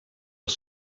els